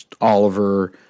Oliver